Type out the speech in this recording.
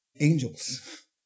angels